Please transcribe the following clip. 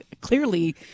clearly